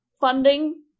funding